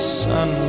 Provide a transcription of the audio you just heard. sun